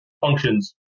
functions